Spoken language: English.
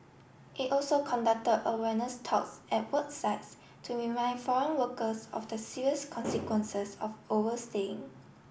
it also conducted awareness talks at work sites to remind foreign workers of the serious consequences of overstaying